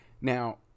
Now